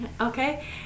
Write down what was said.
Okay